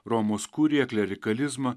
romos kuriją klerikalizmą